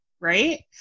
Right